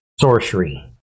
sorcery